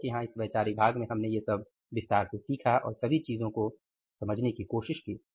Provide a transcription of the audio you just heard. अब तक यहां इस वैचारिक भाग में हमने ये सब विस्तार से सीखा और सभी चीजों को समझने की कोशिश की